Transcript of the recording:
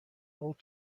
old